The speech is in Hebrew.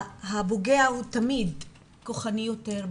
הפוגע הוא תמיד כוחני יותר,